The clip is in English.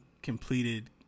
Completed